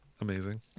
Amazing